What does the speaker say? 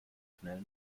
schnell